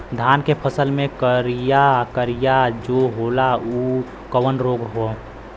धान के फसल मे करिया करिया जो होला ऊ कवन रोग ह?